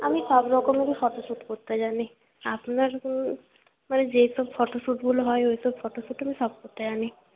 আমি সব রকমেরই ফটোশ্যুট করতে জানি আপনার মানে যেসব ফটোশ্যুটগুলো হয় ওই সব ফটোস্যুট আমি সব করতে জানি